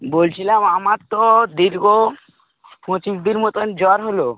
বলছিলাম আমার তো দীর্ঘ পঁচিশ দিন মতন জ্বর হলো